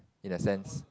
in a sense